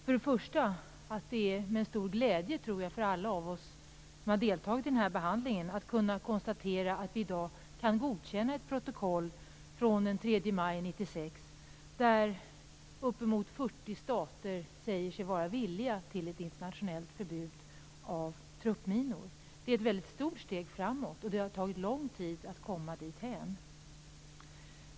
Först och främst tror jag att det är med stor glädje som vi alla som har deltagit i behandlingen konstaterar att vi i dag kan godkänna ett protokoll från den 3 maj 1996, där uppemot 40 stater säger sig vara villiga att stödja ett internationellt förbud av truppminor. Det är ett mycket stort steg framåt och det har tagit lång tid att komma dithän.